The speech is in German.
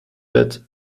wird